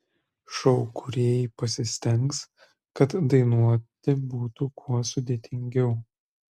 šou kūrėjai pasistengs kad dainuoti būtų kuo sudėtingiau